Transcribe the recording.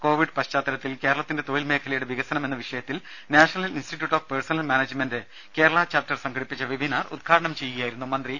Covid പശ്ചാത്തലത്തിൽ കേരളത്തിന്റെ തൊഴിൽ മേഖലയുടെ വികസനം എന്ന വിഷയത്തിൽ national institute of personnel management Kerala chapter സംഘടിപ്പിച്ച വെബിനാർ ഉദ്ഘാടനം ചെയ്യുകയായിരുന്നു മന്ത്രി